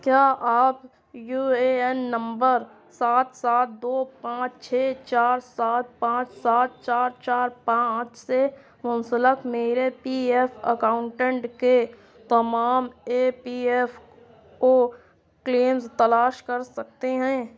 کیا آپ U A N نمبر سات سات دو پانچ چھ چار سات پانچ سات چار چار پانچ سے منسلک میرے پی ایف اکاؤنٹنٹ کے تمام E P F O claims تلاش کر سکتے ہیں